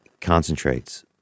concentrates